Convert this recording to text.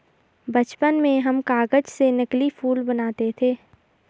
बचपन में हम कागज से नकली फूल बनाते थे